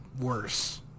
worse